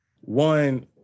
one